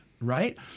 right